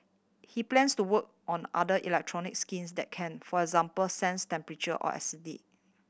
he plans to work on other electronic skins that can for example sense temperature or acidity